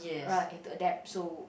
right have to adapt so